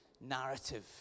narrative